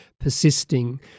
persisting